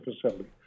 facility